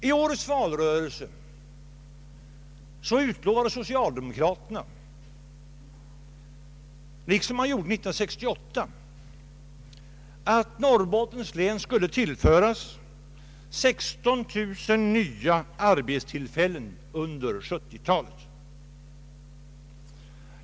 I årets valrörelse utlovade socialdemokraterna, liksom de gjorde år 1968, att Norrbottens län skulle tillföras 16 000 nya arbetstillfällen under 1970 talet.